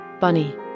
bunny